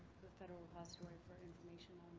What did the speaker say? federal repository for information